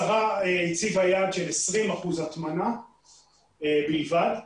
השרה הציבה יעד של 20% בלבד הטמנה,